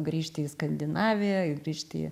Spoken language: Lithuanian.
grįžti į skandinaviją ir grįžti